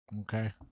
Okay